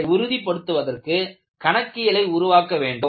அதை உறுதிப்படுத்துவதற்கு கணக்கியலை உருவாக்க வேண்டும்